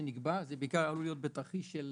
מרכז שנקבע זה בעיקר עלול להיות בתרחיש של